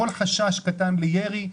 בכל חשש קטן לירי,